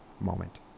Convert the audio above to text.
moment